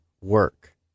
work